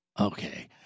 Okay